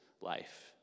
life